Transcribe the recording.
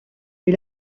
est